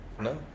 no